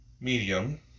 medium